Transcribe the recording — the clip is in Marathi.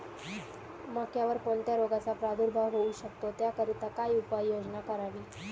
मक्यावर कोणत्या रोगाचा प्रादुर्भाव होऊ शकतो? त्याकरिता काय उपाययोजना करावी?